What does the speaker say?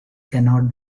cannot